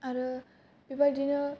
आरो बेबादिनो